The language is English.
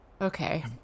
Okay